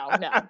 no